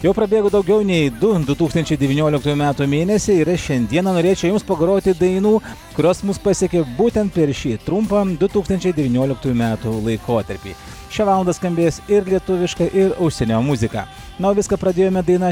jau prabėgo daugiau nei du du tūkstančiai devynioliktųjų metų mėnesiai ir aš šiandieną norėčiau jums pagroti dainų kurios mus pasiekė būtent per šį trumpą du tūkstančiai devynioliktųjų metų laikotarpį šią valandą skambės ir lietuviška ir užsienio muzika na o viską pradėjome daina